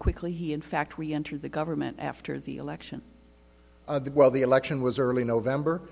quickly he in fact we entered the government after the election well the election was early november